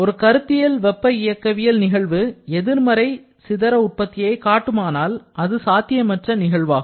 ஒரு கருத்தியல் வெப்ப இயக்கவியல் நிகழ்வு எதிர்மறை சிதற உற்பத்தியை காட்டுமானால் அது சாத்தியமற்ற நிகழ்வாகும்